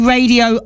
Radio